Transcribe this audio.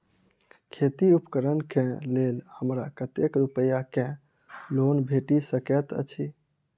खेती उपकरण केँ लेल हमरा कतेक रूपया केँ लोन भेटि सकैत अछि?